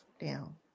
down